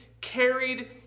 carried